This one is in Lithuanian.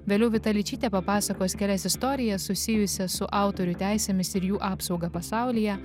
vėliau vita ličytė papasakos kelias istorijas susijusias su autorių teisėmis ir jų apsauga pasaulyj